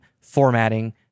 formatting